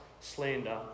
slander